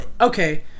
okay